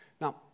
Now